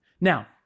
Now